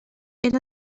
era